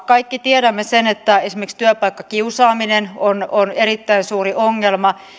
kaikki tiedämme sen että esimerkiksi työpaikkakiusaaminen on on erittäin suuri ongelma